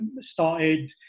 started